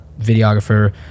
videographer